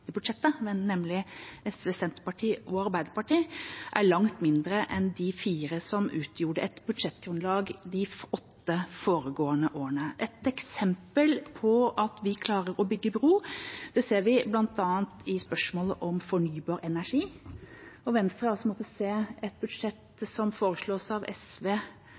nemlig SV, Senterpartiet og Arbeiderpartiet, er langt mindre enn de fire som utgjorde et budsjettgrunnlag i de åtte foregående årene. Et eksempel på at vi klarer å bygge bro, ser vi bl.a. i spørsmålet om fornybar energi. Venstre, som har måttet se et budsjett som foreslås av SV,